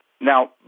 Now